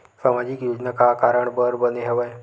सामाजिक योजना का कारण बर बने हवे?